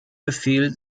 befehl